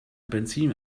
benzin